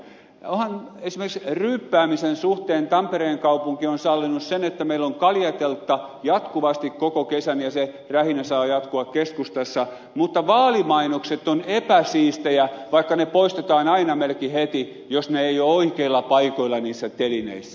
onhan esimerkiksi ryyppäämisen suhteen tampereen kaupunki sallinut sen että meillä on kaljateltta jatkuvasti koko kesän ja se rähinä saa jatkua keskustassa mutta vaalimainokset ovat epäsiistejä vaikka ne poistetaan aina melkein heti jos ne eivät ole oikeilla paikoilla niissä telineissä